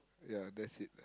yeah that's it